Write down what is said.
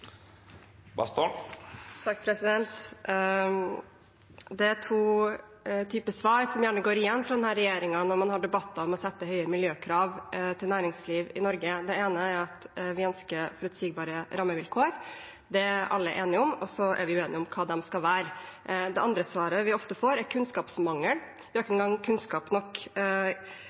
næringsliv i Norge. Det ene er at vi ønsker forutsigbare rammevilkår. Det er alle enige om, og så er vi uenige om hva de skal være. Det andre svaret vi ofte får, er kunnskapsmangel, vi har ikke engang kunnskap nok